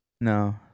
no